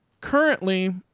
currently